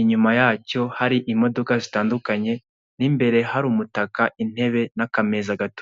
inyuma yacyo hari imodoka zitandukanye, mo imbere hari umutaka, intebe n'akameza gato.